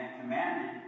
commanded